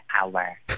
hour